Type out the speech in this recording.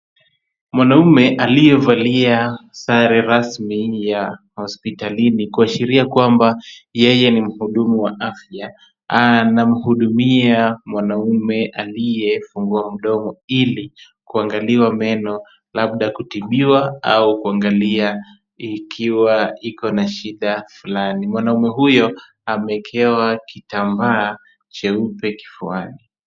Mwanamume aliyevalia sare rasmi ya hospitalini kuashiria kwamba yeye ni mhudumu wa afya, anamhudumia mwanaume aliyefungua mdomo, ili kuangaliwa meno labda kutibiwa au kuangalia ikiwa iko na shida fulani. Mwanaume huyo ameekewa kitambaa cheupe kifuani.